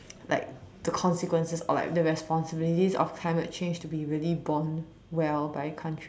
like the consequences or like the responsibilities of climate change to be really borne well by countries